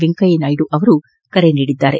ವೆಂಕಯ್ಲನಾಯ್ಲು ಕರೆ ನೀಡಿದ್ದಾರೆ